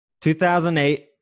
2008